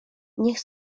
niech